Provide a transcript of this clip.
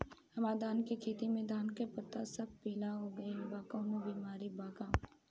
हमर धान के खेती में धान के पता सब पीला हो गेल बा कवनों बिमारी बा का?